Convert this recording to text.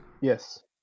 yes